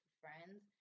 friends